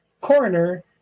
Coroner